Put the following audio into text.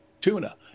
tuna